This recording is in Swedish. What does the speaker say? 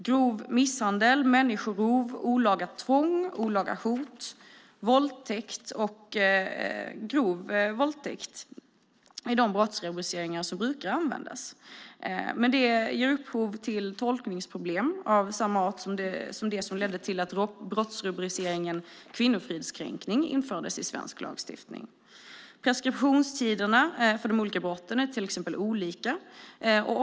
Grov misshandel, människorov, olaga tvång, olaga hot, våldtäkt eller grov våldtäkt är de brottsrubriceringar som brukar användas, men det ger upphov till tolkningsproblem av samma slag som de som ledde till att brottsrubriceringen kvinnofridskränkning infördes i svensk lagstiftning. Exempelvis är preskriptionstiderna för de olika brotten olika och mycket korta.